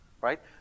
right